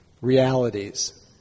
realities